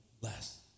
less